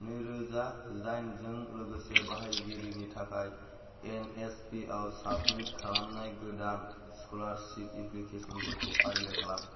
नैरोजा जिदाइन जों लोगोसे बाहायगिरिनि थाखाय एन एस पि आव साबमिट खालामनाय गोदान स्कलारसिप एप्लिकेसन फोरखौ फारिलाइ खालाम